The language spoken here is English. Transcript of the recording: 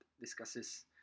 discusses